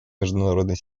международной